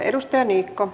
edustaja niikko